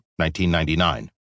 1999